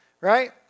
right